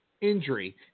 injury